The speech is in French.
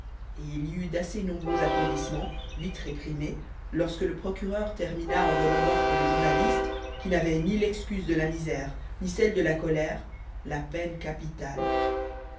eut d'assez nombreux applaudissements vite réprimés lorsque le procureur termina en demandant pour le journaliste qui n'avait ni l'excuse de la misère ni celle de la colère la peine capitale